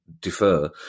defer